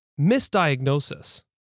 misdiagnosis